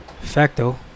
Facto